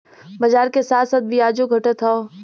बाजार के साथ साथ बियाजो घटत हौ